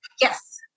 Yes